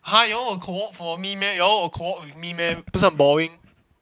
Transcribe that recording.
!huh! you all will co-op for me meh you all will co-op with me meh 不是很 boring